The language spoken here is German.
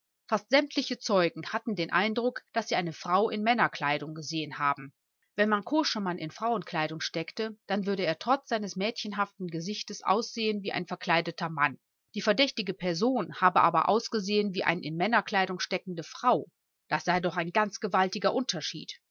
fast sämtliche zeugen hatten den eindruck daß sie eine frau in männerkleidung gesehen haben wenn man koschemann in frauenkleidung steckte dann würde er trotz seines mädchenhaften gesichts aussehen wie ein verkleideter mann die verdächtige person habe aber ausgesehen wie eine in männerkleidung steckende frau das sei doch ein ganz gewaltiger unterschied